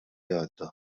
għadda